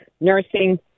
nursing